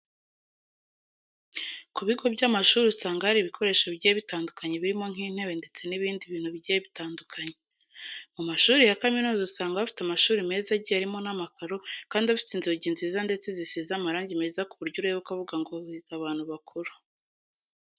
Ku bigo by'amashuri usanga hari ibikoresho bigiye bitandukanye birimo nk'intebe ndetse n'ibindi bintu bigiye bitandukanye. Mu mashuri ya kaminuza usanga bafite amashuri meza agiye arimo n'amakaro kandi afite inzugi nziza ndetse zisize amarangi meza ku buryo ureba ukavuga ngo higa abantu bakuru.